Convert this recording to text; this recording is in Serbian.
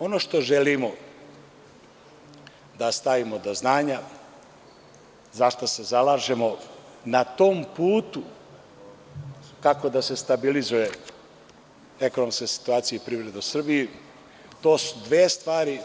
Ono što želimo da stavimo do znanja zašta se zalažemo na tom putu kako da se stabilizuje ekonomska situacija i privreda u Srbiji, to su dve stvari